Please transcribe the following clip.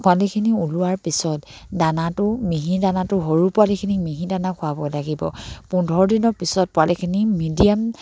পোৱালিখিনি ওলোৱাৰ পিছত দানাটো মিহি দানাটো সৰু পোৱালিখিনি মিহি দানা খোৱাব লাগিব পোন্ধৰ দিনৰ পিছত পোৱালিখিনি মিডিয়াম